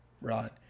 right